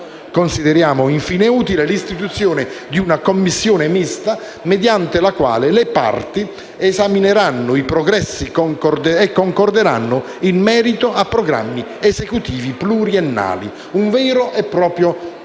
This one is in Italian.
Consideriamo infine utile l'istituzione di una Commissione mista mediante la quale le Parti esamineranno i progressi e concorderanno in merito a programmi esecutivi pluriennali: un vero e proprio